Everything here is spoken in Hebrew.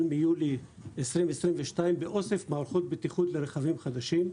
מיולי 2022 באוסף מערכות בטיחות לרכבים חדשים.